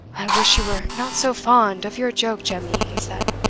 i wish you were not so fond of your joke, jemmy, he said.